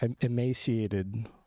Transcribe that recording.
emaciated